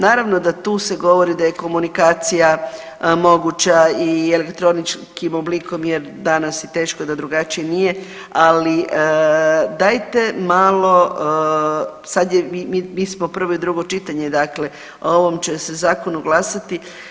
Naravno da tu se govori da je komunikacija moguća i elektroničkim oblikom jer danas je teško da drugačije nije, ali dajte malo sad je, mi smo prvo i drugo čitanje, dakle o ovom će se zakonu glasati.